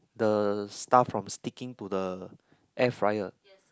the stuff from sticking to the air fryer